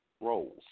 roles